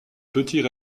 petits